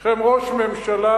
יש לכם ראש ממשלה,